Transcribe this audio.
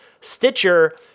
Stitcher